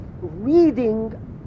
reading